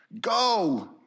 Go